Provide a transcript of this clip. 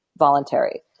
voluntary